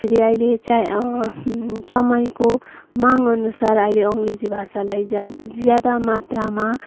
फेरि अहिले चाहिँ समयको माग अनुसार अहिले अङ्ग्रेजी भाषालाई ज्या ज्यादा मात्रामा